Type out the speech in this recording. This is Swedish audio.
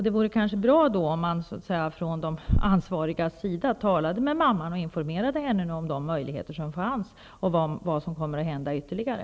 Det vore kanske bra om man från de ansvarigas sida talade med mamman och informerade henne om de möjligheter som finns och vad som kommer att hända ytterligare.